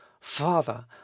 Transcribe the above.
Father